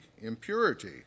impurity